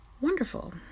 wonderful